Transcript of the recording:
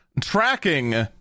tracking